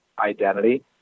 identity